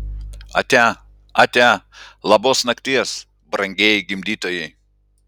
atia atia labos nakties brangieji gimdytojai